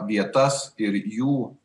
vietas ir jų